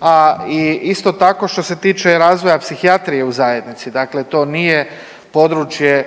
a i isto tako što se tiče razvoja psihijatrije u zajednici. Dakle, to nije područje